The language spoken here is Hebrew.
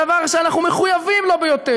הביתה זה הדבר שאנחנו מחויבים לו ביותר.